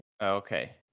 Okay